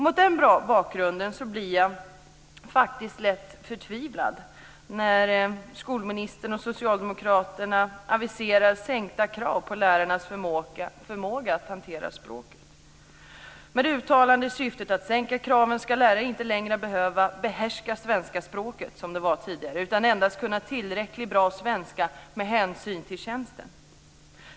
Mot den bakgrunden blir jag faktiskt lätt förtvivlad när skolministern och socialdemokraterna aviserar sänkta krav på lärarnas förmåga att hantera språket. Med det uttalade syftet att sänka kraven ska lärare inte längre behöva behärska svenska språket, som det tidigare hette, utan endast kunna tillräckligt bra svenska med hänsyn till tjänsten.